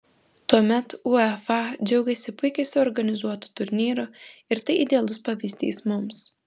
tuomet uefa džiaugėsi puikiai suorganizuotu turnyru ir tai idealus pavyzdys mums